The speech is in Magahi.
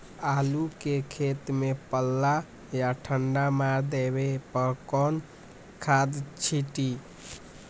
आलू के खेत में पल्ला या ठंडा मार देवे पर कौन खाद छींटी?